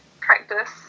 practice